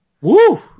Woo